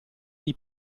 dei